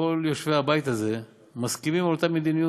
כל יושבי הבית הזה מסכימים על אותה מדיניות,